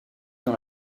dans